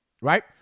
Right